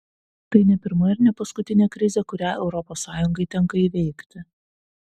tai ne pirma ir ne paskutinė krizė kurią europos sąjungai tenka įveikti